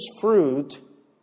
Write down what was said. fruit